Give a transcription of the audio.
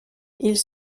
ils